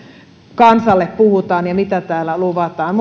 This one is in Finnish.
kansalle puhutaan ja mitä täällä luvataan